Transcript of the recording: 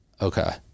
Okay